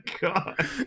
god